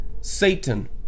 Satan